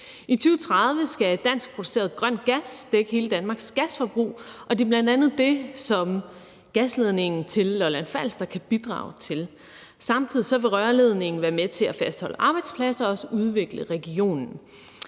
I 2030 skal dansk produceret grøn gas dække hele Danmarks gasforbrug, og det er bl.a. det, som gasledningen til Lolland-Falster kan bidrage til. Samtidig vil rørledningen være med til at fastholde arbejdspladser og også udvikle regionen.